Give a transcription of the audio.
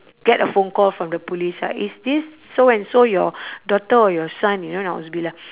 get a phone call from the police ah is this so and so your daughter or your son you know I was be like